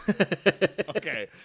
Okay